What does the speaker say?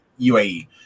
uae